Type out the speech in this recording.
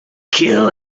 kill